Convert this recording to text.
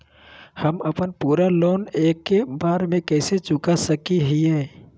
हम अपन पूरा लोन एके बार में कैसे चुका सकई हियई?